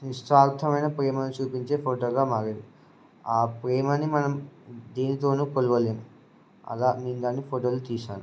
నిస్వార్థమైన ప్రేమను చూపించే ఫోటోగా మారింది ఆ ప్రేమని మనం దేనితోనూ కొలవలేము అలా నేను దాన్ని ఫోటోలు తీశాను